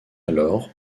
alors